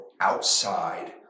outside